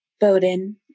Bowden